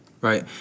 Right